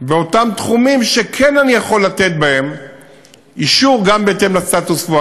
באותם תחומים שאני כן יכול לתת בהם אישור בהתאם לסטטוס קוו.